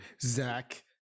Zach